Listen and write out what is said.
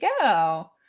go